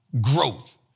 growth